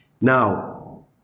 Now